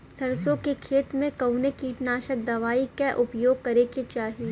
सरसों के खेत में कवने कीटनाशक दवाई क उपयोग करे के चाही?